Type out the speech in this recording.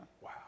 Wow